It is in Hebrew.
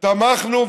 תמכנו,